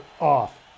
off